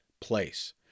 place